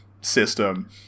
system